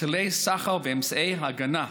היטלי סחר ואמצעי הגנה,